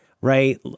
right